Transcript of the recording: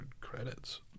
credits